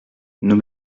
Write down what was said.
nos